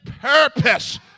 purpose